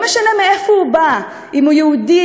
לא משנה מאיפה הוא בא: אם הוא יהודי,